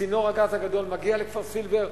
צינור הגז מגיע לכפר-סילבר,